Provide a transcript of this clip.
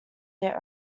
their